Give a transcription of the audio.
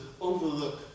overlook